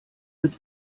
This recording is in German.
wird